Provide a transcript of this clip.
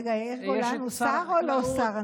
רגע, יאיר גולן הוא שר או לא שר?